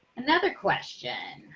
another question,